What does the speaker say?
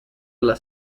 alla